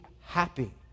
happy